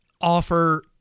offer